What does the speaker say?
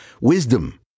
wisdom